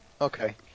Okay